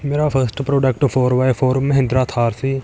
ਮੇਰਾ first product four by four Mahindra Thar C